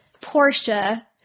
Portia